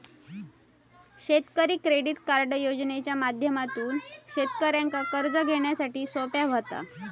शेतकरी credit card योजनेच्या माध्यमातसून शेतकऱ्यांका कर्ज घेण्यासाठी सोप्या व्हता